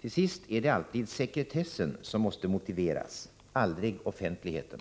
Till sist är det alltid sekretessen som måste motiveras, aldrig offentligheten.